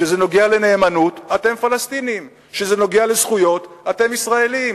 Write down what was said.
כשזה נוגע לנאמנות, אתם פלסטינים.